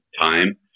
time